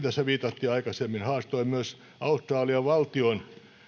tässä viitattiin aikaisemmin haastoi myös australian valtion